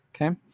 Okay